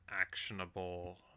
actionable